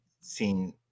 seen